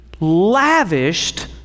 lavished